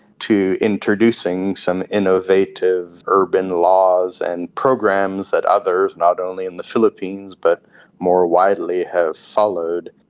to introducing some innovative urban laws and programs that others, not only in the philippines but more widely, have followed.